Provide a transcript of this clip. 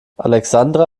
alexandra